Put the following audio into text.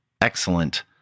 excellent